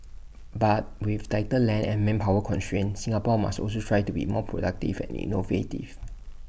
but with tighter land and manpower constraints Singapore must also strive to be more productive and innovative